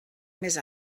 més